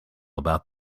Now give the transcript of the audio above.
about